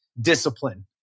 discipline